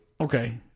Okay